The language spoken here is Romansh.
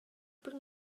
per